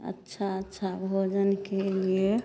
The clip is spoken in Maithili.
अच्छा अच्छा भोजनके लिए